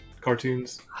cartoons